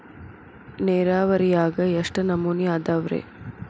ನೇರಾವರಿಯಾಗ ಎಷ್ಟ ನಮೂನಿ ಅದಾವ್ರೇ?